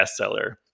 bestseller